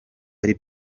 ari